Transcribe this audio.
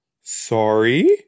Sorry